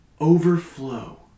overflow